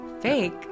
Fake